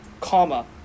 comma